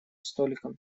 столиком